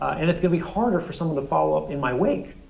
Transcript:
and it's gonna be harder for some of the follow-up in my wake.